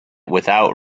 without